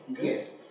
yes